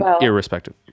irrespective